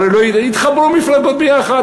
הרי יתחברו מפלגות ביחד.